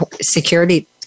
security